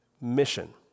mission